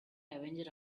avenger